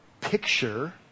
picture